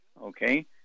Okay